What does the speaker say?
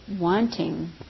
wanting